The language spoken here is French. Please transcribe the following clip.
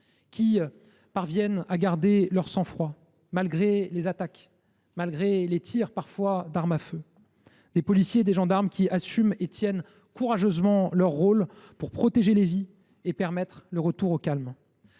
parviennent à garder leur sang froid, malgré les attaques, malgré parfois les tirs d’armes à feu. Ces policiers et ces gendarmes assument et tiennent courageusement leur rôle pour protéger les vies et permettre le retour au calme.